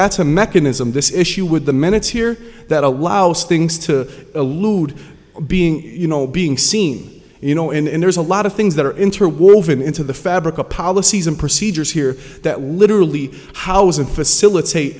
that's a mechanism this issue with the minutes here that allows things to elude being you know being seen you know and there's a lot of things that are interwoven into the fabric of policies and procedures here that we literally house and facilitate